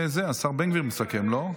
השר בן גביר מסכם, לא?